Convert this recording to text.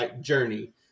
journey